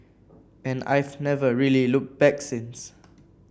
and I've never really looked back since